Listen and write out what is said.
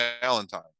valentine